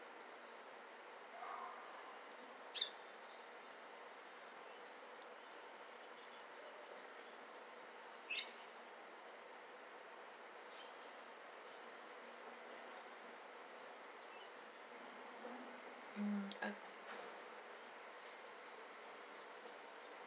mm